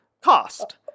cost